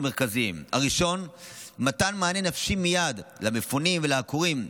מרכזיים: הציר הראשון היה מתן מענה נפשי מיידי למפונים ולעקורים,